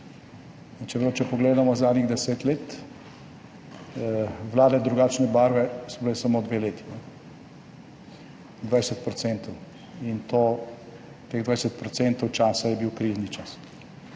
če pogledamo zadnjih 10 let, vlade drugačne barve so bile samo dve leti, 20 % in to teh 20 % časa je bil krizni čas.